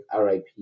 rip